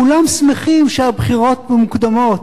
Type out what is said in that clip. כולם שמחים שהבחירות מוקדמות.